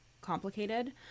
complicated